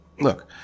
Look